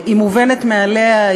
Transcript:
היא מובנת מאליה,